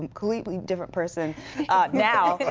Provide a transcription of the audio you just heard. um competely different person now.